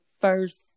first